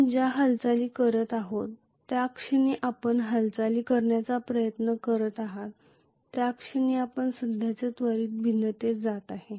आपण ज्या हालचाली करीत आहात त्याक्षणी आपण हालचाली करण्याचा प्रयत्न करीत आहात त्या क्षणी आपण सध्याच्या त्वरित भिन्नतेस जात आहात